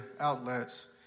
outlets